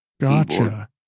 Gotcha